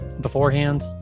beforehand